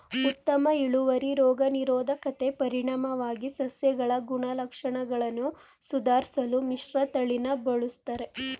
ಉತ್ತಮ ಇಳುವರಿ ರೋಗ ನಿರೋಧಕತೆ ಪರಿಣಾಮವಾಗಿ ಸಸ್ಯಗಳ ಗುಣಲಕ್ಷಣಗಳನ್ನು ಸುಧಾರ್ಸಲು ಮಿಶ್ರತಳಿನ ಬಳುಸ್ತರೆ